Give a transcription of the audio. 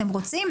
אתם רוצים?